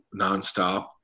nonstop